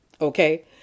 Okay